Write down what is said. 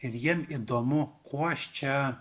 ir jiems įdomu kuo aš čia